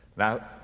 now,